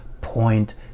point